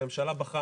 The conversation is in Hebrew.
הממשלה בחרה,